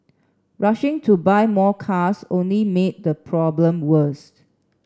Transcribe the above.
rushing to buy more cars only made the problem worst